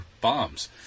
bombs